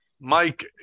Mike